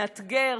מאתגר,